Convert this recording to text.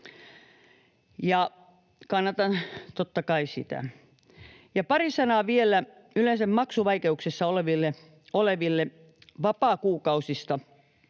Kannatan, totta kai, sitä. Pari sanaa vielä yleensä maksuvaikeuksissa olevien vapaakuukausista: